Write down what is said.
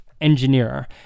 engineer